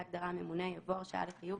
ההגדרה "הממונה" יבוא: ""הרשאה לחיוב"